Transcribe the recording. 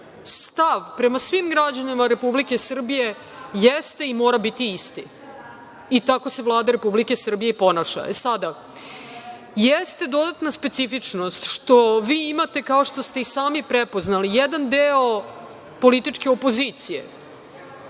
stav prema svim građanima Republike Srbije jeste i mora biti isti i tako se Vlada Republike Srbije i ponaša. Sada, jeste dodatna specifičnost što vi imate, kao što ste i sami prepoznali, jedan deo političke opozicije